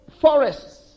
forests